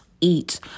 eat